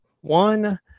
One